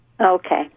Okay